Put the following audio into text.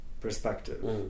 perspective